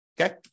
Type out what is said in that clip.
Okay